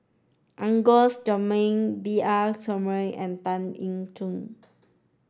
Agnes Joaquim B R Sreenivasan and Tan Eng Yoon